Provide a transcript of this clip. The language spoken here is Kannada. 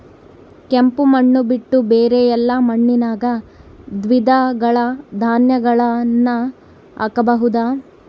ಕೆಂಪು ಮಣ್ಣು ಬಿಟ್ಟು ಬೇರೆ ಎಲ್ಲಾ ಮಣ್ಣಿನಾಗ ದ್ವಿದಳ ಧಾನ್ಯಗಳನ್ನ ಹಾಕಬಹುದಾ?